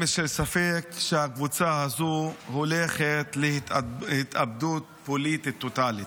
אין לי שמץ של ספק שהקבוצה הזו הולכת להתאבדות פוליטית טוטלית,